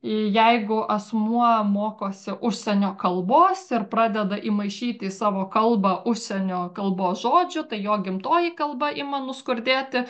jeigu asmuo mokosi užsienio kalbos ir pradeda įmaišyti į savo kalbą užsienio kalbos žodžių tai jo gimtoji kalba ima nuskurdėti